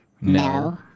No